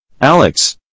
Alex